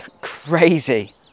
crazy